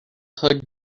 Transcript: hood